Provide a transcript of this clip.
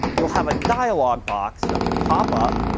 you'll have a dialogue box that will pop up,